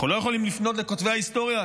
אנחנו לא יכולים לפנות לכותבי ההיסטוריה,